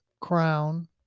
crown